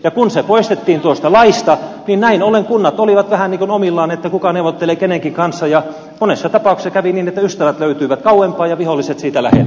ja kun se poistettiin tuosta laista niin näin ollen kunnat olivat vähän niin kuin omillaan että kuka neuvottelee kenenkin kanssa ja monessa tapauksessa kävi niin että ystävät löytyivät kauempaa ja viholliset siitä läheltä